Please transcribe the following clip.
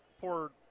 poor